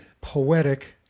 poetic